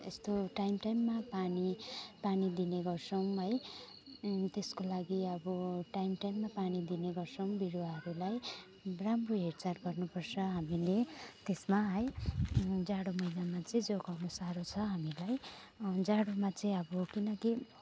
यस्तो टाइम टाइममा पानी पानी दिने गर्छौँ है त्यसको लागि अब टाइम टाइममा पानी दिने गर्छौँ बिरुवाहरूलाई राम्रो हेरचार गर्नुपर्छ हामीले त्यसमा है जाडो महिनामा चाहिँ जोगाउनु साह्रो छ हामीलाई जाडोमा चाहिँ अब किनकि